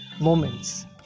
moments